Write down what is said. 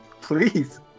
Please